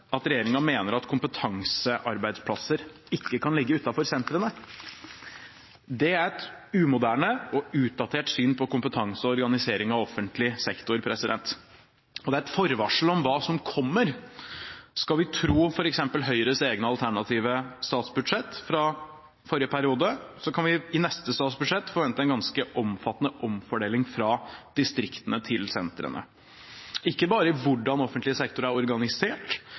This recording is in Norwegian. at regjeringen mener at kompetansearbeidsplasser ikke kan ligge utenfor sentrene. Det er et umoderne og utdatert syn på kompetanse og organisering av offentlig sektor, og det er et forvarsel om hva som kommer. Skal vi tro f.eks. Høyres eget alternative statsbudsjett fra forrige periode, kan vi i neste statsbudsjett forvente en ganske omfattende omfordeling fra distriktene til sentrene – ikke bare med tanke på hvordan offentlig sektor er organisert,